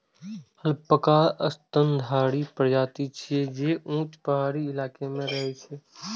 alpaca स्तनधारी प्रजाति छियै, जे ऊंच पहाड़ी इलाका मे रहै छै